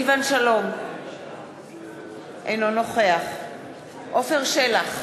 אינו נוכח עפר שלח,